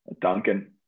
Duncan